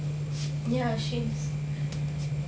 ya she's